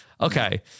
Okay